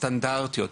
סטנדרטיות,